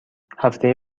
هفته